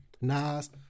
Nas